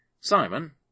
Simon